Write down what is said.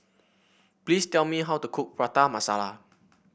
please tell me how to cook Prata Masala